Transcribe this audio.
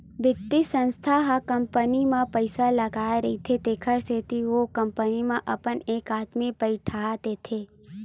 बित्तीय संस्था ह कंपनी म पइसा लगाय रहिथे तेखर सेती ओ कंपनी म अपन एक आदमी बइठा देथे